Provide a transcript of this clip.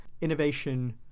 Innovation